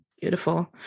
beautiful